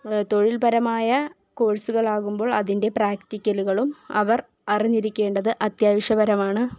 തൊഴില് പരമായ കോഴ്സുകളാകുമ്പോള് അതിന്റെ പ്രാക്ടിക്കലുകളും അവര് അറിഞ്ഞിരിക്കേണ്ടത് അത്യാവശ്യപരമാണ്